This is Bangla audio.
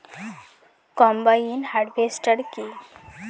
কম্বাইন হারভেস্টার কি?